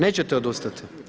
Nećete odustati?